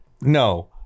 No